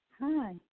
hi